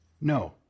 No